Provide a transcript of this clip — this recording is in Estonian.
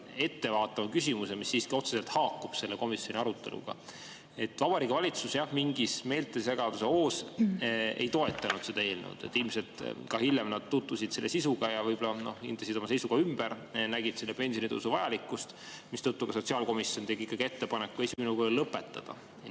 ettevaatava küsimuse, mis siiski otseselt haakub selle komisjoni aruteluga. Vabariigi Valitsus mingis meeltesegaduse hoos ei toetanud seda eelnõu. Ilmselt hiljem nad tutvusid selle sisuga ja võib-olla hindasid oma seisukoha ümber, nägid selle pensionitõusu vajalikkust, mistõttu sotsiaalkomisjon tegi ikkagi ettepaneku esimene lugemine lõpetada.